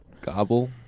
Gobble